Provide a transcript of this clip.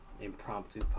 impromptu